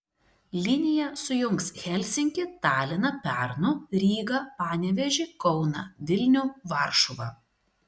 linija sujungs helsinkį taliną pernu rygą panevėžį kauną vilnių varšuvą